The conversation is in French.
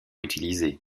utiliser